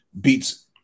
beats